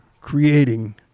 creating